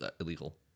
illegal